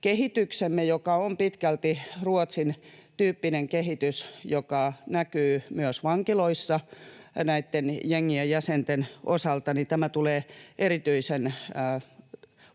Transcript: kehityksemme, joka on pitkälti Ruotsin tyyppinen kehitys ja joka näkyy myös vankiloissa näitten jengien jäsenten osalta, tämä tulee erityisen